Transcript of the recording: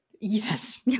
Yes